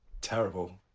terrible